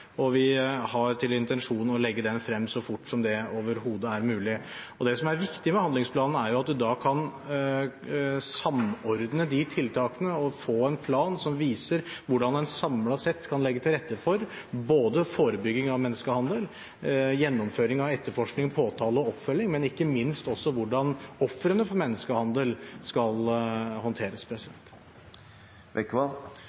og vi har til intensjon å legge den frem så fort som det overhodet er mulig. Det som er viktig med handlingsplanen, er at vi da kan samordne de tiltakene og få en plan som viser hvordan en samlet sett kan legge til rette for både forebygging av menneskehandel og gjennomføring av etterforskning, påtale og oppfølging – og som ikke minst viser hvordan ofrene for menneskehandel skal håndteres.